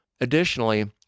Additionally